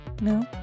No